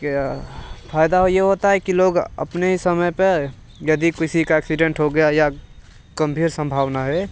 फायदा ये होता है कि लोग अपने समय पर यदि किसी का एक्सीडेंट हो गया या गंभीर संभावना है